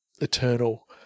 eternal